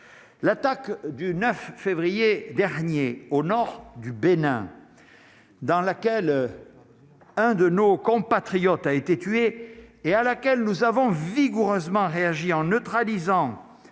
l'attaque du 9 février dernier au Nord du Bénin, dans laquelle un de nos compatriotes, a été tué et à laquelle nous avons vigoureusement réagi en neutralisant